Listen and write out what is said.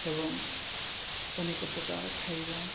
ଏବଂ ଅନେକ ପ୍ରକାର ଖାଇବା